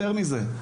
יותר מזה,